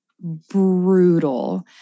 brutal